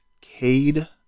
Cade